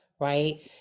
right